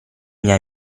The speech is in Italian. miei